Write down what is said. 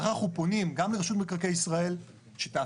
לכן אנחנו פונים גם לרשות מקרקעי ישראל שתאפשר,